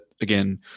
again